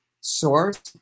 source